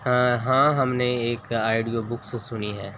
ہاں ہاں ہم نے ایک آڈیو بکس سنی ہے